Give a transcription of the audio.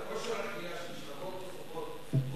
להיפך,